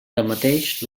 tanmateix